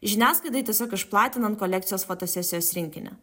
žiniasklaidai tiesiog išplatinant kolekcijos fotosesijos rinkinį